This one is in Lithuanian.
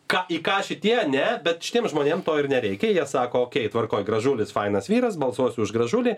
ką į ką šitie ane bet šitiem žmonėm to ir nereikia jie sako tvarkoj gražulis fainas vyras balsuosiu už gražulį